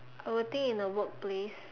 I would think in a workplace